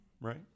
right